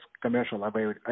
commercial